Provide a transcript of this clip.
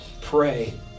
pray